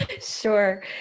Sure